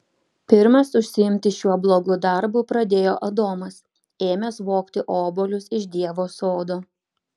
pirmas užsiimti šiuo blogu darbu pradėjo adomas ėmęs vogti obuolius iš dievo sodo